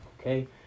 Okay